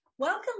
Welcome